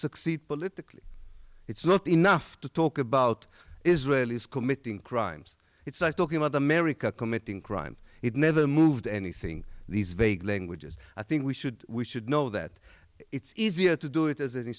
succeed politically it's not enough to talk about israel is committing crimes it's not talking about america committing crime it never moved anything these vague languages i think we should we should know that it's easier to do it as a